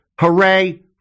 Hooray